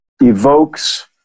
evokes